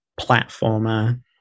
platformer